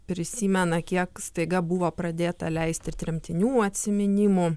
prisimena kiek staiga buvo pradėta leisti ir tremtinių atsiminimų